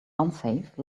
unsafe